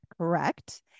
Correct